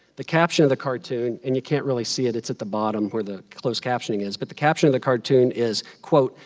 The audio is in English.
the caption of the cartoon, and you can't really see it, it's at the bottom where the closed captioning is, but the caption of the cartoon is, quote,